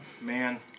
Man